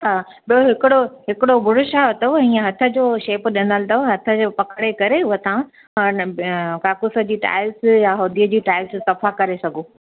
ॿियो हिकिड़ो हिकिड़ो बुर्श आहियो अथव हीअं हथ जो शेप ॾिनल अथव हथ जो पकिड़े करे उहा तव्हां काकूस जी टाइल्स या होदीअ जी टाइल्स सफ़ा करे सघो